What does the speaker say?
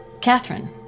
Catherine